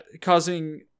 causing